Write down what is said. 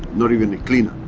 not even the cleaner.